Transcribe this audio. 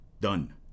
done